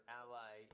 ally